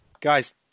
Guys